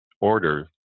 order